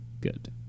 good